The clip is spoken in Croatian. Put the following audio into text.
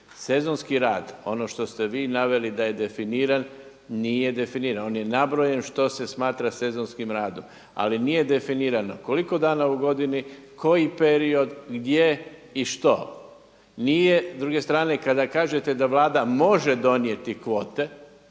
Sezonski rad, ono što ste vi naveli da je definiran nije definiran. On je nabrojen što se smatra sezonskim radom, ali nije definirano koliko dana u godini, koji period, gdje i što. Nije s druge strane kada kažete da Vlada može donijeti kvote,